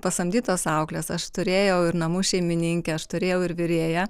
pasamdytos auklės aš turėjau ir namų šeimininkę aš turėjau ir virėją